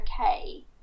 okay